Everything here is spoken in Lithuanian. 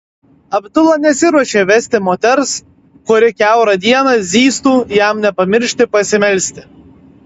abdula nesiruošė vesti moters kuri kiaurą dieną zyztų jam nepamiršti pasimelsti